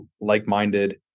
like-minded